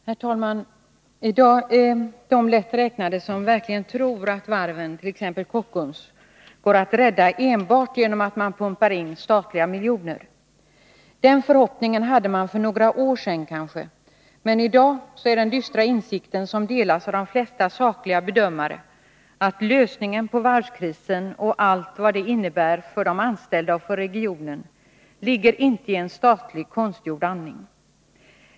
Herr talman! I dag är de lätt räknade som verkligen tror att varven, t.ex. Kockums, går att rädda enbart genom att man pumpar in statliga miljoner. Den förhoppningen hade man kanske för några år sedan, men i dag är den dystra insikten, som delas av de flesta sakliga bedömare, att lösningen på varvskrisen och allt vad det innebär för de anställda och för regionen inte ligger i en statlig konstgjord andning.